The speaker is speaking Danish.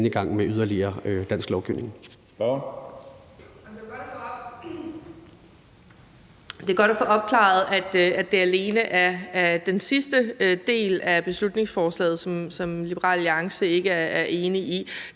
Lisbeth Bech-Nielsen (SF): Det er godt at få opklaret, at det alene er den sidste del af beslutningsforslaget, som Liberal Alliance ikke er enig i.